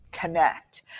Connect